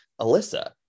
Alyssa